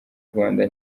rwanda